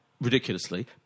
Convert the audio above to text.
Ridiculously